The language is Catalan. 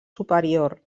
superior